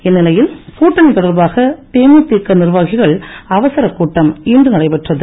இந்நிலையில் கூட்டணி தொடர்பாக தேமுதிக நிர்வாகிககள் அவசர கூட்டம் இன்று நடைபெற்றது